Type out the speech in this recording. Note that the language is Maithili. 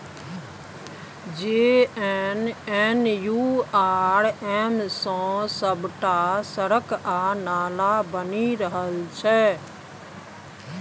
जे.एन.एन.यू.आर.एम सँ सभटा सड़क आ नाला बनि रहल छै